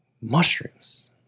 mushrooms